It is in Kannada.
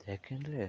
ಯಾಕೆಂದರೆ